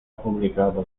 publicado